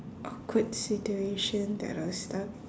awkward situation that I was stuck